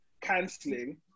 canceling